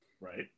Right